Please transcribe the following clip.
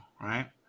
Right